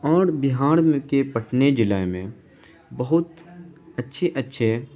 اور بہار میں کے پٹنے ضلع میں بہت اچھے اچھے